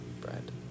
bread